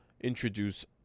introduce